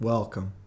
Welcome